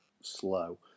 slow